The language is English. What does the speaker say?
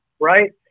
right